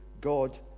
God